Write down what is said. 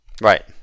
Right